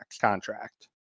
contract